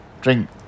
drink